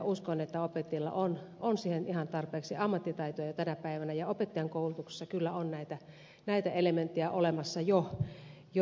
uskon että opettajilla on siihen ihan tarpeeksi ammattitaitoa jo tänä päivänä ja opettajankoulutuksessa kyllä on näitä elementtejä olemassa jo